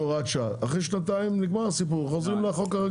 הוראת שעה אחרי שנתיים נגמר הסיפור חוזרים לחוק.